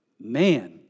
Man